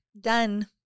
Done